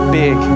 big